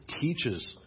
teaches